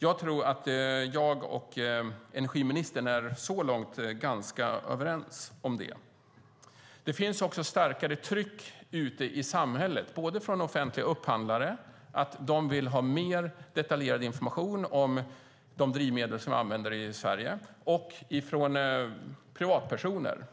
Så långt tror jag att jag och energiministern är ganska överens. Det finns också ett starkare tryck ute i samhället från offentliga upphandlare som vill ha mer detaljerad information om de drivmedel som vi använder i Sverige och från privatpersoner.